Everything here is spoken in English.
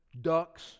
ducks